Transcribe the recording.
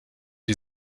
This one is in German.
die